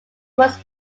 was